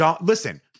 listen